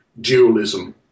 dualism